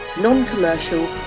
Non-Commercial